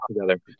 together